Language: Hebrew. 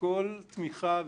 כל תמיכה,